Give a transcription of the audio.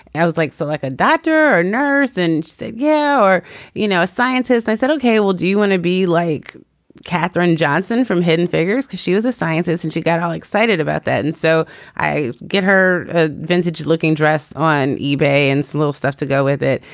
i would like so like a doctor or nurse and say yeah or you know a scientist. i said ok well do you want to be like katherine johnson from hidden figures because she was a scientist and she got all excited about that. and so i get her ah vintage looking dress on ebay and some little stuff to go with it.